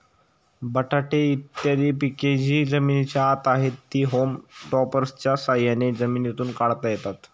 बटाटे इत्यादी पिके जी जमिनीच्या आत आहेत, ती होम टॉपर्सच्या साह्याने जमिनीतून काढता येतात